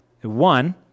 One